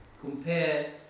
compare